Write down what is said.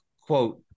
quote